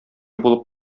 булып